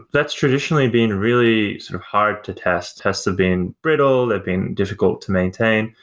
that's traditionally being really sort of hard to test. test of being brittle, it being difficult to maintain.